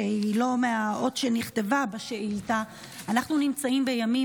שלא נכתבה בשאילתה: אנחנו נמצאים בימים